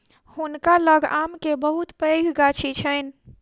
हुनका लग आम के बहुत पैघ गाछी छैन